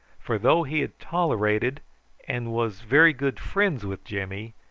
for though he had tolerated and was very good friends with jimmy,